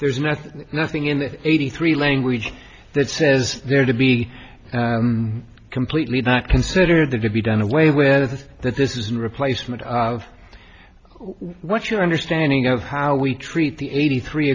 there's nothing nothing in the eighty three language that says there to be completely not consider that to be done away with that this is a replacement what's your understanding of how we treat the eighty three